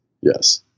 yes